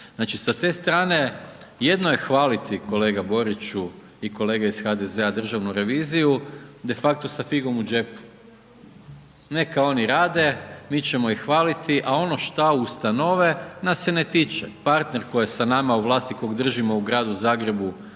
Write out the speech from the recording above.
Znači sa te strane, jedno je hvaliti kolega Boriću i kolege iz HDZ-a Državnu reviziju, de facto sa figom u džepu. Neka oni rade, mi ćemo ih hvaliti a ono šta ustanove nas ne tiče. Partner koji je sa nama u vlasti kog držimo u gradu Zagrebu